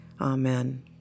Amen